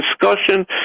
discussion